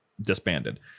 disbanded